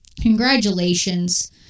Congratulations